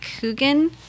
Coogan